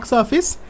office